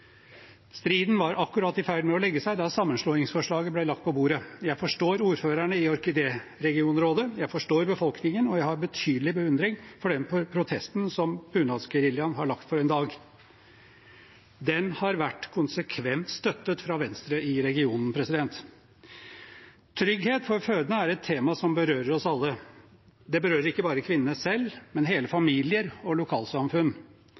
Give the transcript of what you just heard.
striden var akkurat i ferd med å legge seg da sammenslåingsforslaget ble lagt på bordet. Jeg forstår ordførerne i ORKidé-regionrådet, jeg forstår befolkningen, og jeg har betydelig beundring for den protesten som bunadsgeriljaen har lagt for dagen. Den har vært konsekvent støttet fra Venstre i regionen. Trygghet for fødende er et tema som berører oss alle. Det berører ikke bare kvinnene selv, men hele familier og lokalsamfunn.